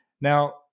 Now